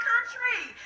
country